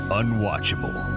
unwatchable